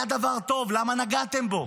היה דבר טוב, למה נגעתם בו?